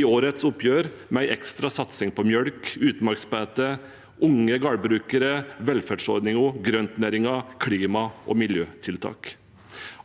i årets oppgjør med en ekstra satsing på mjølk, utmarksbeite, unge gardbrukere, velferdsordninger, grøntnæringen og klima- og miljøtiltak.